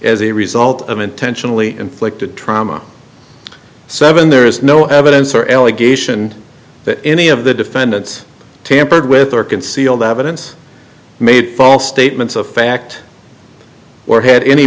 as a result of intentionally inflicted trauma seven there is no evidence or allegation that any of the defendants tampered with or concealed evidence made false statements of fact or head any